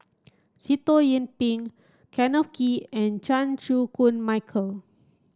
Sitoh Yih Pin Kenneth Kee and Chan Chew Koon Michael